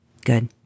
Good